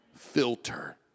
filter